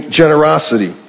generosity